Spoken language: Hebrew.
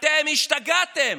אתם השתגעתם.